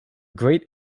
great